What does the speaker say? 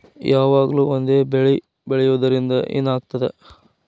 ಯಾವಾಗ್ಲೂ ಒಂದೇ ಬೆಳಿ ಬೆಳೆಯುವುದರಿಂದ ಏನ್ ಆಗ್ತದ?